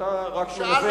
שאתה רק מנווט.